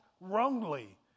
wrongly